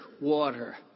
water